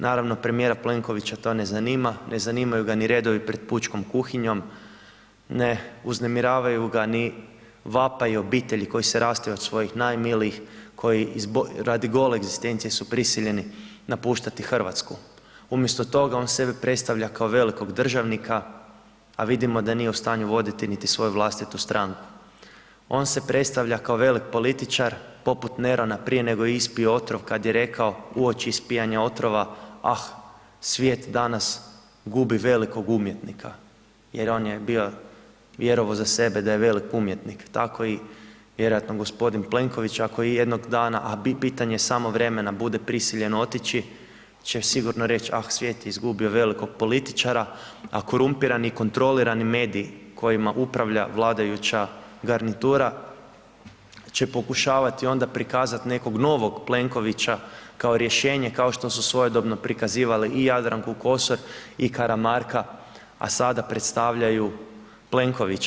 Naravno, premijera Plenkovića to ne zanima, ne zanimaju ga ni redovi pred pučkom kuhinjom, ne uznemiravaju ga ni vapaji obitelji koji se rastaju od svojih najmilijih, koji radi gole egzistencije su prisiljeni napuštati RH, umjesto toga on sebe predstavlja kao velikog državnika, a vidimo da nije u stanju voditi niti svoju vlastitu stranku, on se predstavlja kao velik političar poput Nerona prije nego je ispio otrov kad je rekao uoči ispijanja otvora „ah, svijet danas gubi velikog umjetnika“ jer on je bio, vjerovao za sebe da je velik umjetnik, tako i vjerojatno g. Plenković ako i jednog dana, a bi pitanje samo vremena, bude prisiljen otići će sigurno reći „ah, svijet je izgubio velikog političara“, a korumpirani i kontrolirani mediji kojima upravlja vladajuća garnitura, će pokušavati onda prikazati nekog novog Plenkovića kao rješenje, kao što su svojedobno prikazivali i Jadranku Kosor i Karamarka, a sada predstavljaju Plenkovića.